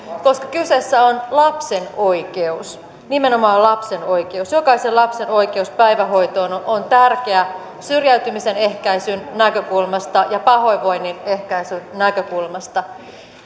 koska kyseessä on lapsen oikeus nimenomaan lapsen oikeus jokaisen lapsen oikeus päivähoitoon on tärkeä syrjäytymisen ehkäisyn näkökulmasta ja pahoinvoinnin ehkäisyn näkökulmasta